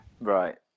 Right